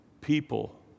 people